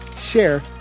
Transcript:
share